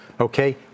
Okay